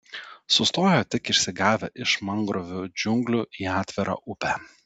sustojo tik išsigavę iš mangrovių džiunglių į atvirą upę